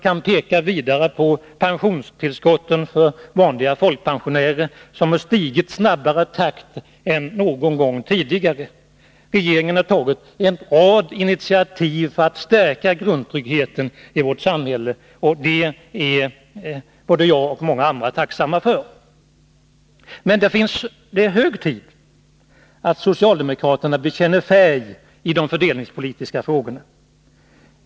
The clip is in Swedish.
Jag kan vidare nämna pensionstillskotten för vanliga folkpensionärer. Dessa pensionstillskott har stigit i snabbare takt än under någon tidigare period. Regeringen har tagit en rad initiativ för att stärka grundtryggheten i vårt samhälle, och det är både jag och många andra tacksamma för. Men det är hög tid att socialdemokraterna bekänner färg i de fördelningspolitiska frågorna.